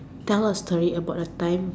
tell a story about a time